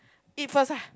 eat first ah